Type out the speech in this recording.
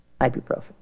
ibuprofen